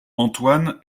antoine